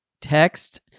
text